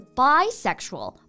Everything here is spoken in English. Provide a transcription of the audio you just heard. bisexual